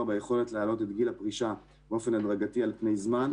ביכולת להעלות את גיל הפרישה באופן הדרגתי על פני זמן,